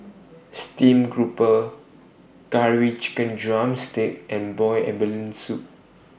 Steamed Grouper Curry Chicken Drumstick and boiled abalone Soup